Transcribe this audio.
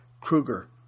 Kruger